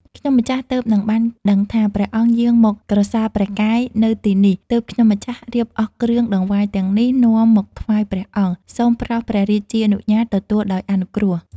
ខ្ញុំម្ចាស់ទើបនឹងបានដឹងថា ព្រះអង្គយាងមកក្រសាលព្រះកាយនៅទីនេះ ទើបខ្ញុំម្ចាស់រៀបអស់គ្រឿងដង្វាយទាំងនេះ នាំមកថ្វាយព្រះអង្គ សូមប្រោសព្រះរាជានុញ្ញាតទទួលដោយអនុគ្រោះ ។